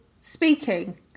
speaking